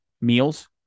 meals